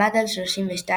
בוסקרדין.